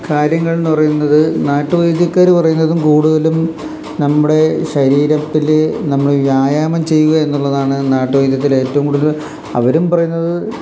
കാര്യങ്ങളെന്നു പറയുന്നതു നാട്ടുവൈദ്യക്കാര് പറയുന്നതും കൂടുതലും നമ്മുടെ ശരീരത്തില് നമ്മള് വ്യായാമം ചെയ്യുക എന്നുള്ളതാണ് നാട്ടുവൈദ്യത്തിൽ ഏറ്റവും കൂടുതൽ അവരും പറയുന്നത്